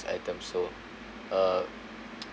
items so uh